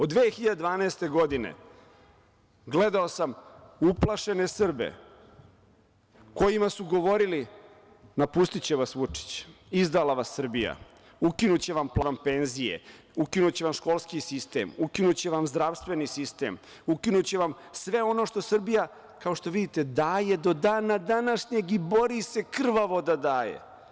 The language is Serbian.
Od 2012. godine. gledao sam uplašene Srbe kojima su govorili – napustiće vas Vučić, izdala vas Srbija, ukinuće vam plate, ukinuće vam penzije, ukinuće vam školski sistem, ukinuće vam zdravstveni sistem, ukinuće vam sve ono što Srbija, kao što vidite, daje do dana današnjeg i bori se krvavo da daje.